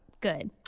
good